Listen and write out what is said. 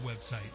website